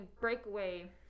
breakaway